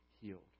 healed